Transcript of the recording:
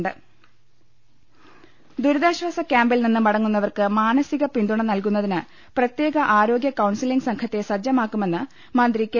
രുട്ട്ട്ട്ട്ട്ട്ട്ട്ട്ട ദുരിതാശ്ചാസ ക്യാമ്പിൽ നിന്ന് മടങ്ങുന്നവർക്ക് മാനസിക പിന്തുണ നൽകുന്നതിന് പ്രത്യേക ആരോഗ്യ കൌൺസലിംഗ് സംഘത്തെ സജ്ജമാ ക്കുമെന്ന് മന്ത്രി കെ